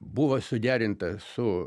buvo suderinta su